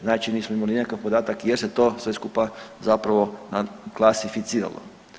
Znači nismo imali nikakav podatak jer se to sve skupa zapravo klasificiralo.